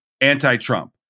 anti-Trump